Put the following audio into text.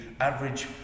average